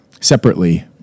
separately